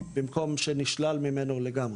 במקום שנשלל ממנו לגמרי.